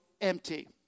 empty